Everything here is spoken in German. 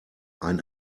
ein